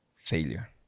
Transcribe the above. failure